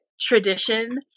tradition